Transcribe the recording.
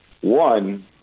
One